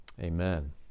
Amen